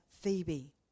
Phoebe